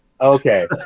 Okay